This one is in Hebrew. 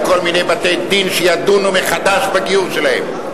לכל מיני בתי-דין שידונו מחדש בגיור שלהם.